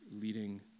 leading